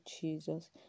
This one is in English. jesus